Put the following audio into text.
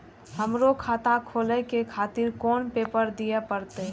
हमरो खाता खोले के खातिर कोन पेपर दीये परतें?